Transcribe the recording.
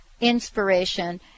inspiration